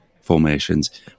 formations